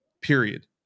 period